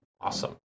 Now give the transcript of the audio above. Awesome